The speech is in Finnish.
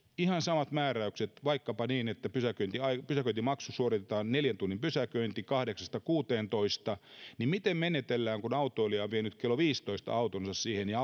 ihan samat määräykset vaikkapa niin että pysäköintimaksu suoritetaan neljän tunnin pysäköinti kahdeksasta kuuteentoista miten menetellään kun autoilija on vienyt kello viisitoista autonsa siihen ja